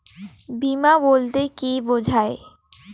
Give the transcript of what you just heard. বিমা বলতে কি বোঝায়?